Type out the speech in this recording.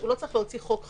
לא צריך להוציא חוק חדש.